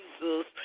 Jesus